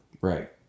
Right